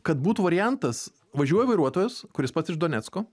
kad būtų variantas važiuoja vairuotojas kuris pats iš donecko